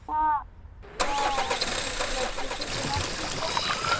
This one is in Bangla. হ্যাঁ হ্যাঁ বুঝতে পারছি সেই কেনাকাটিগুলো করো